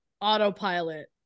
autopilot